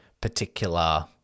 particular